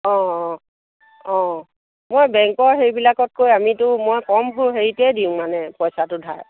অঁ অঁ অঁ মই বেংকৰ সেইবিলাকতকৈ আমিতো মই কম হেৰিতে দিওঁ মানে পইচাটো ধাৰ